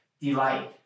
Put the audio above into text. delight